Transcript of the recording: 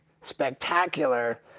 spectacular